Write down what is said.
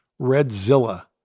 Redzilla